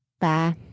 Bye